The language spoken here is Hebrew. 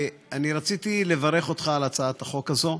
אני רציתי לברך אותך על הצעת החוק הזאת.